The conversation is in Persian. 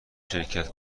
شرکت